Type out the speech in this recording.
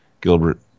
Gilbert